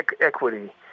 equity